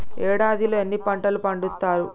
ఏడాదిలో ఎన్ని పంటలు పండిత్తరు?